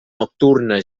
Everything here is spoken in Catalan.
nocturna